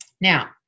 Now